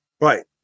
right